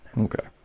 Okay